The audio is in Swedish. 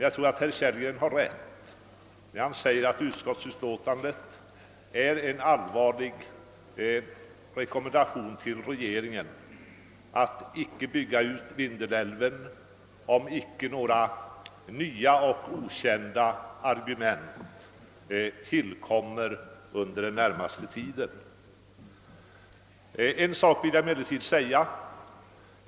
Jag tror att herr Kellgren har rätt när han säger att utskottsutlåtandet är en allvarlig rekommendation till regeringen att inte bygga ut Vindelälven, om inte några nya och okända argument tillkommer under den närmaste tiden.